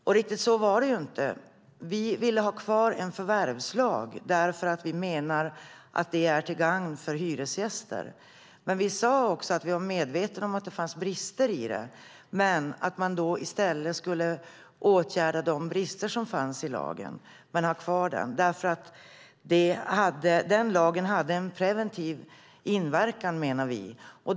Riktigt så var det inte. Vi ville ha kvar en förvärvslag därför att vi menade att det är till gagn för hyresgäster. Vi sade också att vi var medvetna om att det fanns brister i den men att man i stället skulle åtgärda de bristerna i lagen och ha kvar den då vi menade att lagen hade en preventiv inverkan.